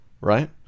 right